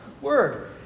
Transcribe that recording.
word